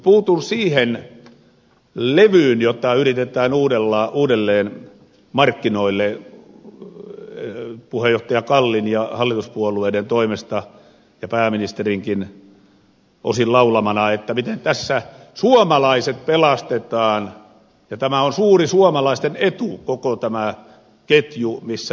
puutun siihen levyyn jota yritetään uudelleen markkinoille puheenjohtaja kallin ja hallituspuolueiden toimesta ja pääministerinkin osin laulamana että miten tässä suomalaiset pelastetaan ja tämä on suuri suomalaisten etu koko tämä ketju missä nyt mennään